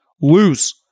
Lose